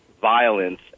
violence